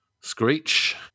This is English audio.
Screech